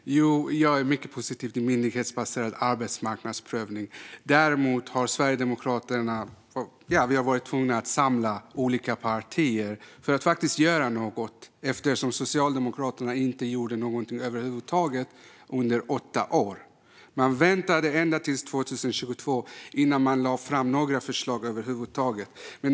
Fru talman! Jag är mycket positiv till myndighetsbaserad arbetsmarknadsprövning. Däremot har Sverigedemokraterna varit tvungna att samla olika partier för att faktiskt göra något eftersom Socialdemokraterna inte gjorde någonting över huvud taget under åtta år utan väntade ända till 2022 innan ni lade fram några förslag över huvud taget.